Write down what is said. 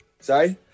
Sorry